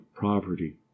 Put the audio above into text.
poverty